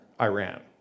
Iran